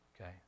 Okay